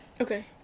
okay